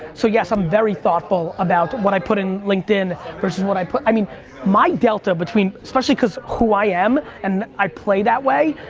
so yes i'm very thoughtful about what i put in linkedin versus what i put, i mean my delta between, especially because who i am, and i play that way,